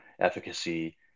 efficacy